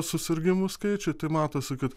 susirgimų skaičių tai matosi kad